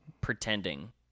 pretending